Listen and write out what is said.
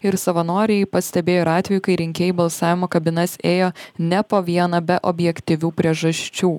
ir savanoriai pastebėjo ir atvejų kai rinkėjai į balsavimo kabinas ėjo ne po vieną be objektyvių priežasčių